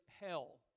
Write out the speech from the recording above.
hell